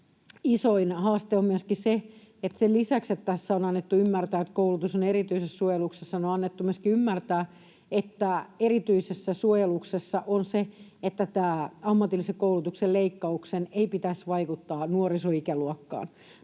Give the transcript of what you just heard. isoin haaste on myöskin se, että sen lisäksi, että tässä on annettu ymmärtää, että koulutus on erityisessä suojeluksessa, on myöskin annettu ymmärtää, että erityisessä suojeluksessa on se, että tämän ammatillisen koulutuksen leikkauksen ei pitäisi vaikuttaa nuorisoikäluokkaan.